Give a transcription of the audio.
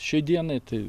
šiai dienai tai